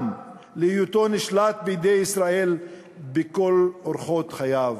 להיותו נשלט בידי ישראל בכל אורחות חייו,